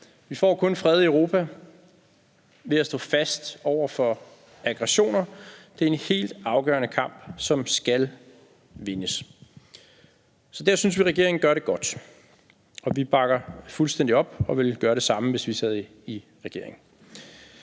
Vi får kun fred i Europa ved at stå fast over for aggressioner. Det er en helt afgørende kamp, som skal vindes. Så der synes vi, regeringen gør det godt, og vi bakker fuldstændig op og ville gøre det samme, hvis vi sad i regering.